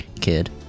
kid